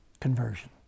conversion